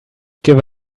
give